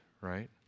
Right